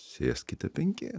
sėskite penki